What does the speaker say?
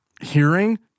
hearing